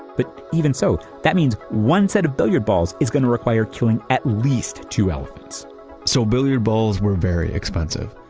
but even so, that means one set of billiard balls is going to require killing at least two elephants so billiard balls were very expensive,